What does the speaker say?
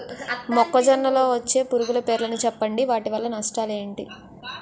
మొక్కజొన్న లో వచ్చే పురుగుల పేర్లను చెప్పండి? వాటి వల్ల నష్టాలు ఎంటి?